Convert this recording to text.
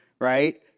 right